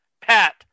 Pat